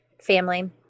family